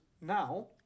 now